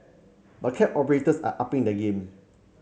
but cab operators are upping their game